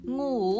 Ngủ